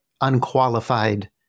unqualified